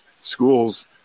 schools